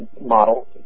model